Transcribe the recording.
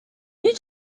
you